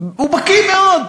הוא בקי מאוד,